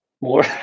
more